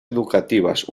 educativas